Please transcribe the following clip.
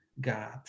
God